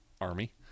Army